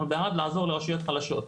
אנחנו בעד לעזור לרשויות חלשות.